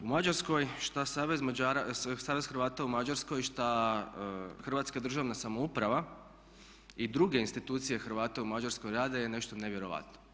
U Mađarskoj, šta savez Hrvata u Mađarskoj, šta hrvatska državna samouprava i druge institucije Hrvata u Mađarskoj rade je nešto nevjerojatno.